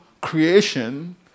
creation